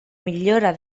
millora